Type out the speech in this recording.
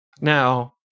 Now